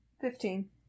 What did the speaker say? Fifteen